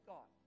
God